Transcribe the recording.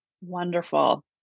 Wonderful